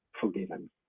forgiven